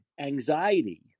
anxiety